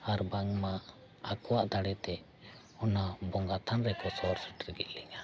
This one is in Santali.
ᱟᱨ ᱵᱟᱝᱢᱟ ᱟᱠᱚᱣᱟᱜ ᱫᱟᱲᱮ ᱛᱮ ᱚᱱᱟ ᱵᱚᱸᱜᱟ ᱛᱷᱟᱱ ᱨᱮᱠᱚ ᱥᱚᱦᱚᱨ ᱥᱮᱴᱮᱨ ᱠᱮᱫ ᱞᱤᱧᱟᱹ